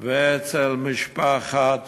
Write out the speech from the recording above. באלעד ואצל משפחת